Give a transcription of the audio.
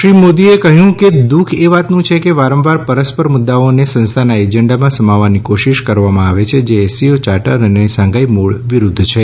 શ્રી મોદીએ દુઃખ એ વાતનું છે કે વારંવાર વરસ્પર મુદ્દાઓને સંસ્થાના એજન્ડામાં સમાવવાની કોશિશ કરવામાં આવે છે જે એસસીઓ યાર્ટર અને શાંઘાઇ મૂળ વિરૂદ્ધ છે